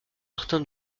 martin